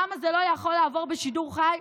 למה זה לא יכול לעבור בשידור חי?